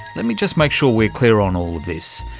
let me just make sure we're clear on all of this.